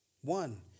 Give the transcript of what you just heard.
One